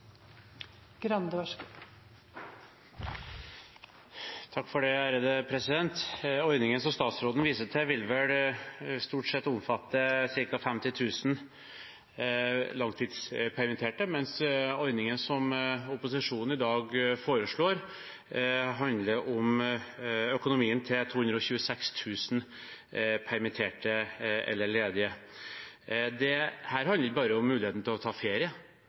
Det blir replikkordskifte. Ordningen som statsråden viser til, vil vel stort sett omfatte ca. 50 000 langtidspermitterte, mens ordningen som opposisjonen i dag foreslår, handler om økonomien til 226 000 permitterte eller ledige. Her handler det ikke bare om muligheten til å ta ferie,